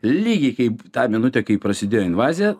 lygiai kaip tą minutę kai prasidėjo invazija